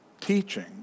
teaching